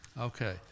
Okay